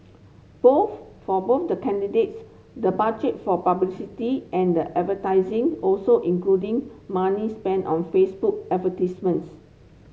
both for both the candidates the budget for publicity and the avertising also including money spent on Facebook advertisements